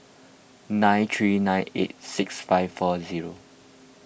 nine three nine eight six five four zero